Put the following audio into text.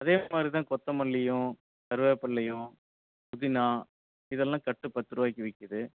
அதே மாதிரிதான் கொத்தமல்லியும் கருவேப்பிள்ளையும் புதினா இதெல்லாம் கட்டு பத்து ரூபாய்க்கு விக்குது